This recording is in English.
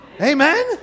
Amen